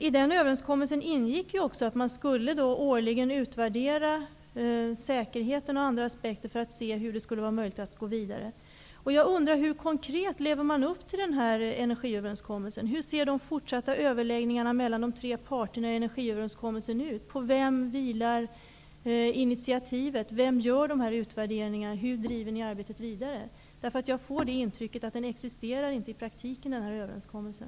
I den överenskommelsen ingick också att man årligen skulle utvärdera säkerheten och andra aspekter för att finna vägar att gå vidare. Jag undrar hur man konkret lever upp till energiöverenskommelsen. Hur ser de fortsatta överläggningarna mellan de tre parterna i överenskommelsen ut? På vem vilar initiativet? Vem gör utvärderingarna? Hur driver ni arbetet vidare? Jag får intrycket att överenskommelsen inte existerar i praktiken.